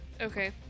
Okay